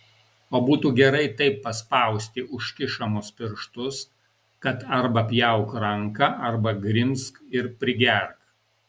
o būtų gerai taip paspausti užkišamus pirštus kad arba pjauk ranką arba grimzk ir prigerk